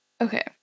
Okay